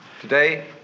Today